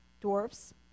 dwarfs